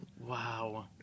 Wow